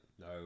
No